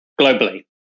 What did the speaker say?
globally